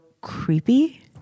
creepy